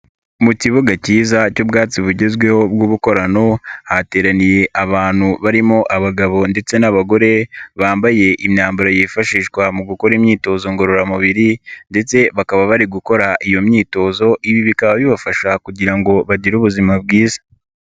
Mu kibuga kiza cy'ubwatsi bugezweho bw'ubukorano hateraniye abantu barimo abagabo ndetse n'abagore bambaye imyambaro yifashishwa mu gukora imyitozo ngororamubiri ndetse bakaba bari gukora iyo myitozo, ibi bikaba bibafasha kugira ngo bagire ubuzima bwiza.